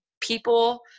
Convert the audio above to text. people